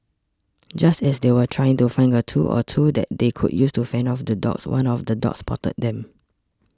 just as they were trying to find a tool or two that they could use to fend off the dogs one of the dogs spotted them